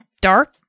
dark